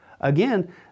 Again